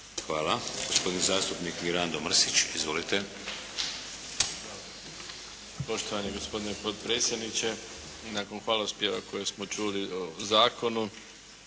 Hvala. Gospodin zastupnik Mirando Mrsić. Izvolite. **Mrsić, Mirando (SDP)** Poštovani gospodine potpredsjedniče, nakon hvalospjeva koje smo čuli o zakonu